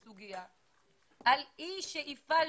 המורכבות, אלא על אי-שאיפה